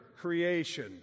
creation